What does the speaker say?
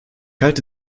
halte